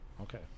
Okay